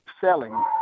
selling